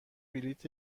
بلیت